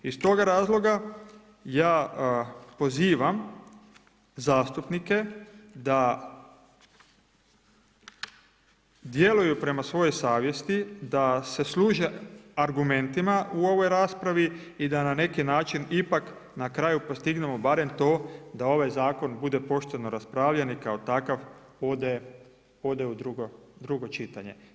Iz tog razloga ja pozivam zastupnike da djeluju prema svojoj savjesti, da se služe argumentima u ovoj raspravi i da na neki način, ipak na kraju postignemo barem to, da ovaj zakon bude pošteno raspravljen i kao takav ode u drugo čitanje.